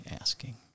asking